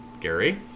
Gary